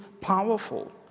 powerful